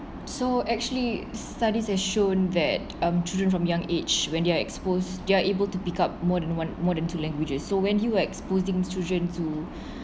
so actually studies have shown that um children from young age when they're exposed they're able to pick up more than one more than two languages so when you exposing children to